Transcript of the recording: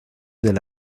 del